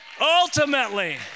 Ultimately